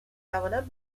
توانم